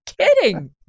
kidding